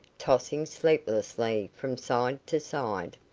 tossing sleeplessly from side to side.